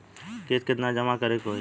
किस्त केतना जमा करे के होई?